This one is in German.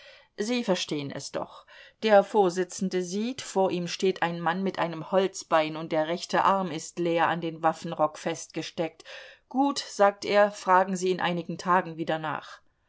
sie verstehen es doch der vorsitzende sieht vor ihm steht ein mann mit einem holzbein und der rechte ärmel ist leer an den waffenrock festgesteckt gut sagt er fragen sie in einigen tagen wieder nach